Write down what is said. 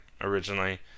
originally